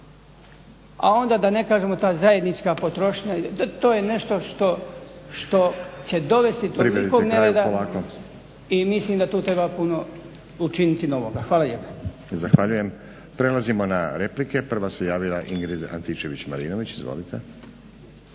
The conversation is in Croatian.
A onda da ne kažemo ta zajednička potrošnja, to je nešto što će dovesti do tolikog nereda i mislim da tu treba puno učiniti novoga. Hvala lijepa. **Stazić, Nenad (SDP)** Zahvaljujem. Prelazimo na replike. Prva se javila Ingrid Antičević-Marinović, izvolite.